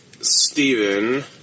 Steven